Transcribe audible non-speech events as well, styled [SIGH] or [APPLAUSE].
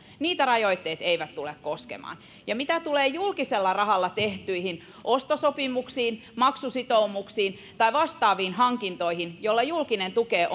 rajoitteet eivät tule koskemaan ja mitä tulee julkisella rahalla tehtyihin ostosopimuksiin maksusitoumuksiin tai vastaaviin hankintoihin joilla julkinen tukee [UNINTELLIGIBLE]